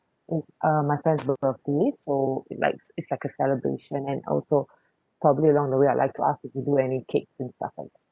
mm uh my friends so like it's like a celebration and also probably along the way I'd like to ask if you do any cakes and stuff like that